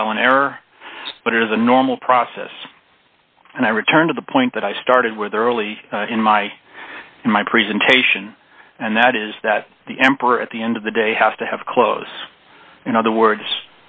trial and error but it is a normal process and i return to the point that i started with early in my in my presentation and that is that the emperor at the end of the day has to have close in other words